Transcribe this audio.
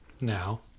now